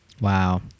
Wow